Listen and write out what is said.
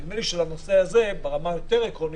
נדמה לי שלנושא הזה, ברמה היותר עקרונית,